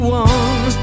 one